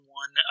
one